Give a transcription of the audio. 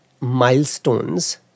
milestones